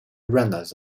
runners